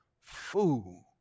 fool